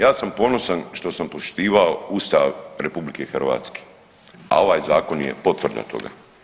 Ja sam ponosan što sam poštivao Ustav RH, a ovaj zakon je potvrda toga.